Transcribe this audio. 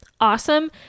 Awesome